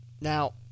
Now